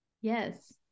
Yes